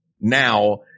now